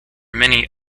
many